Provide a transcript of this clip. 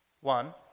One